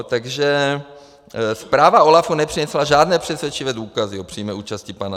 Takže zpráva OLAFu nepřinesla žádné přesvědčivé důkazy o přímé účasti pana .